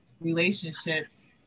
relationships